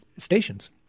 stations